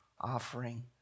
offering